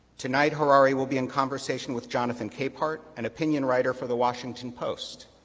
tonight, harari will be in conversation with jonathan capehart, an opinion writer for the washington post.